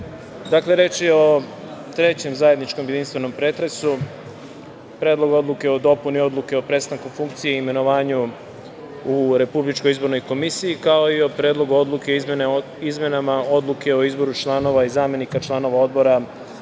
dakle, reč je o trećem zajedničkom jedinstvenom pretresu: Predlog odluke o dopuni Odluke o prestanku funkcije i imenovanju u Republičkoj izbornoj komisiji, kao i o Predlogu odluke o izmenama Odluke o izboru članova i zamenika članova odbora